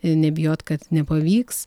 ir nebijot kad nepavyks